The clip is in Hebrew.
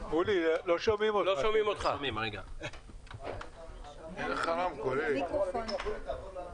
בהנחה והיא כוללת את ה-5% שהמגדלים מבקשים להוסיף בשנה הזו.